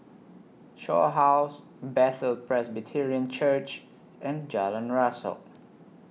Shaw House Bethel Presbyterian Church and Jalan Rasok